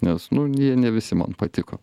nes nu nie ne visi man patiko